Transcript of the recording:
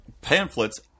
pamphlets